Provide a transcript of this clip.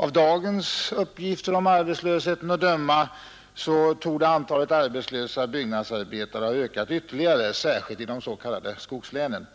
Av dagens uppgifter om arbetslösheten att döma torde antalet arbetslösa byggnadsarbetare ha ökat ytterligare, särskilt i de s.k. skogslänen.